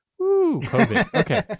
okay